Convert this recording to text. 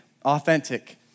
Authentic